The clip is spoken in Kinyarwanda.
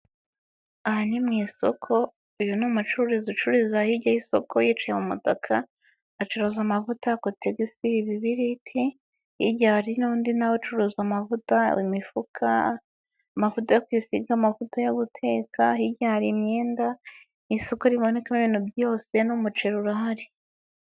Aha ni mu isoko, uyu ni umucururiza ucururiza hirya y'isoko yicaye mu mutaka. Acuruza: amavuta, kotegisi, ibibiriti. Hirya hari n'undi nawe ucuruza: amavuta, imifuka, amavuta yo kwisiga, amavuta yo guteka. Hirya hari imyenda, ni isoko ribonekamo ibintu byose n'umuceri urahari.